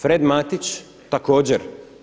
Frad Matić također.